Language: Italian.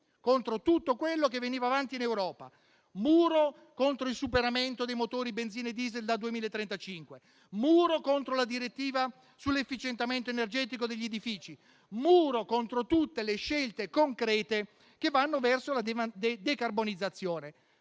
contro tutto quello che veniva avanti in Europa: muro contro il superamento dei motori a benzina e diesel dal 2035; muro contro la direttiva sull'efficientamento energetico degli edifici; muro contro tutte le scelte concrete che vanno verso la decarbonizzazione.